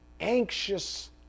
anxious